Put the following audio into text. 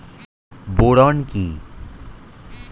Boron কি?